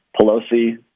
Pelosi